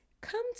come